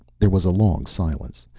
there was a long silence.